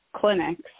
clinics